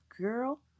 girl